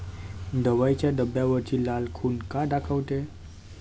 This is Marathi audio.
दवाईच्या डब्यावरची लाल खून का दाखवते?